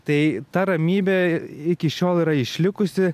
tai ta ramybė iki šiol yra išlikusi